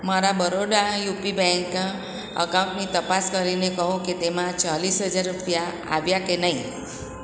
મારા Baroda UP bank અકાઉન્ટની તપાસ કરીને કહો કે તેમાં ચાલીસ હજાર રૂપિયા આવ્યા કે નહીં